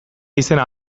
izena